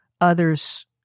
others